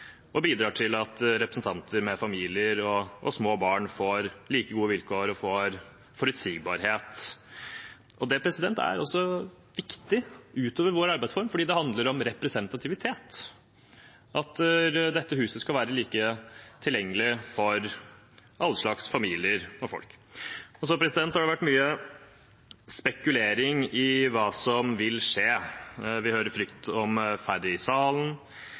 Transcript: og bidrar til at representanter med familier og små barn får like gode vilkår og forutsigbarhet. Det er også viktig utover vår arbeidsform, for det handler om representativitet, at dette huset skal være like tilgjengelig for alle slags familier og folk. Så har det vært mye spekulasjon om hva som vil skje. Vi hører om frykt for færre i salen,